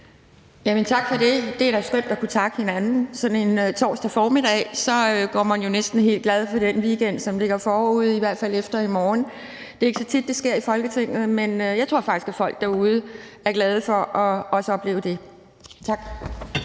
Tak for det. Det er da skønt at kunne takke hinanden sådan en torsdag formiddag. Så går man jo næsten helt glad på den weekend, som ligger forude – i hvert fald efter i morgen. Det er ikke så tit, det sker i Folketinget, men jeg tror faktisk, at folk derude er glade for også at opleve det. Tak.